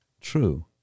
True